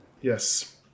Yes